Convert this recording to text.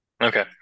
Okay